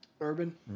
Urban